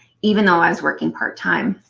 even though i was working part-time.